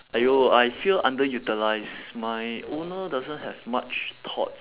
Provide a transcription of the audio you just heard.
!aiyo! I feel underutilised my owner doesn't have much thoughts